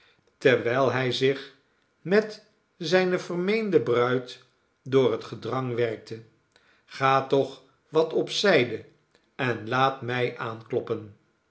terwijl hij zich met zijne vermeende bruid door het gedrang werkte ga toch wat op zijde en laat mij aankloppenl